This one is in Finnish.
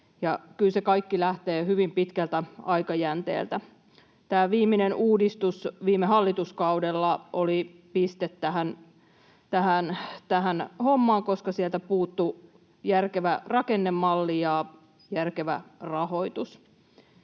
kyllä se kaikki lähtee hyvin pitkältä aikajänteeltä. Tämä viimeinen uudistus viime hallituskaudella oli piste tähän hommaan, koska sieltä puuttuivat järkevä rakennemalli ja järkevä rahoitus.